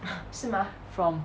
from